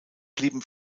blieben